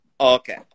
Okay